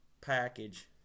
package